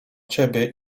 ciebie